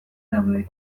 daude